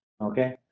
okay